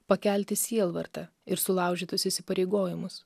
pakelti sielvartą ir sulaužytus įsipareigojimus